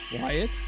Wyatt